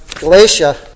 Galatia